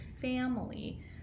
family